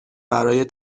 برای